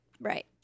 right